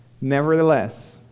Nevertheless